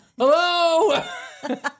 Hello